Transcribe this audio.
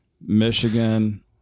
Michigan